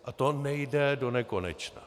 A to nejde donekonečna.